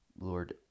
Lord